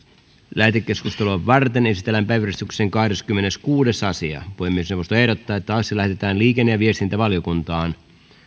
lähetekeskustelua varten esitellään päiväjärjestyksen kahdeskymmeneskuudes asia puhemiesneuvosto ehdottaa että asia lähetetään liikenne ja viestintävaliokuntaan